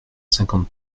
cinquante